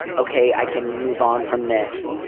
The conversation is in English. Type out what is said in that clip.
ok, i can move on from this,